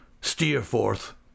Steerforth